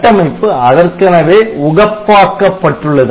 கட்டமைப்பு அதற்கெனவே உகப்பாக்கப்பட்டுள்ளது